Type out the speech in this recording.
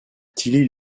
tilly